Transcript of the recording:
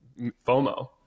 FOMO